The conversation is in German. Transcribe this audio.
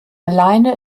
alleine